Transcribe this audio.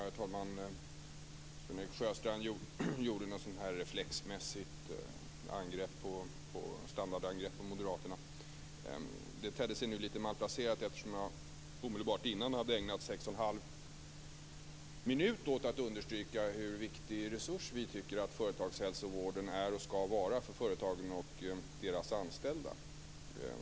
Herr talman! Sven-Erik Sjöstrand gjorde ett reflexmässigt standardangrepp på Moderaterna. Det tedde sig lite malplacerat, eftersom jag omedelbart innan hade ägnat sex och en halv minut åt att understryka vilken viktig resurs vi tycker att företagshälsovården är och ska vara för företagen och deras anställda.